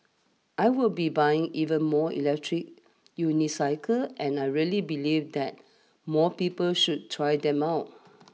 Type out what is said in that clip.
I will be buying even more electric unicycles and I really believe that more people should try them out